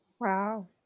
Wow